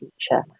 future